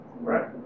right